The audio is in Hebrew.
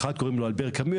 האחד קוראים לו אלבר קאמי,